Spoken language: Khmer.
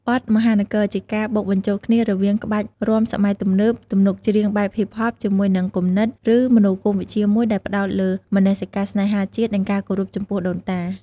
បទ "មហានគរ" ជាការបូកបញ្ចូលគ្នារវាងក្បាច់រាំសម័យទំនើប ទំនុកច្រៀងបែបហ៊ីបហប ជាមួយនឹងគំនិត ឬមនោគមវិជ្ជាមួយដែលផ្តោតលើមនសិការស្នេហាជាតិ និងការគោរពចំពោះដូនតា។